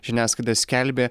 žiniasklaida skelbė